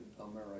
America